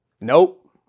Nope